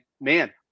man